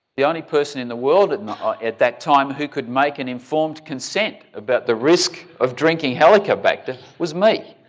the only person in the world at at that time who could make an informed consent about the risk of drinking helicobacter was me.